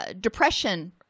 depression